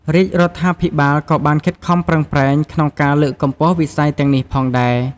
រាជរដ្ឋាភិបាលក៏បានខិតខំប្រឹងប្រែងក្នុងការលើកកម្ពស់វិស័យទាំងនេះផងដែរ។